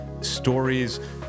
stories